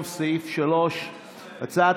נתקבלה.